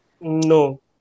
No